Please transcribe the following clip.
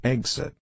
Exit